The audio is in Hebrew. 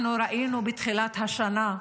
אנחנו ראינו בתחילת השנה,